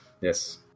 Yes